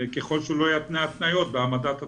ככל שהוא לא יתנה התניות בהעמדת התקציב.